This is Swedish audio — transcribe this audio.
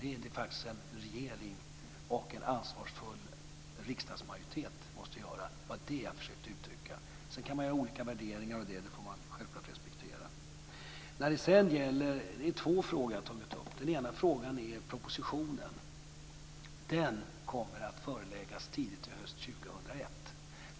Det är faktiskt det som en regering och en ansvarsfull riksdagsmajoritet måste göra. Det var det som jag försökte uttrycka. Sedan kan man göra olika värderingar. Det får man självklart respektera. Sedan är det två frågor som jag har tagit upp. Den ena frågan gäller propositionen. Den kommer att föreläggas tidigt under hösten 2001.